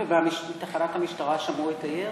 ובתחנת המשטרה שמעו את הירי?